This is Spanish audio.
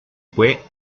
fue